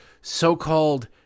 so-called